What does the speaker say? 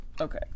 Okay